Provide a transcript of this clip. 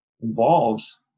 involves